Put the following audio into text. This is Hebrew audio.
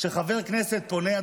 כשחבר כנסת פונה,